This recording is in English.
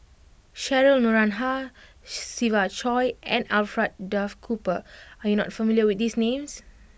Cheryl Noronha Siva Choy and Alfred Duff Cooper are you not familiar with these names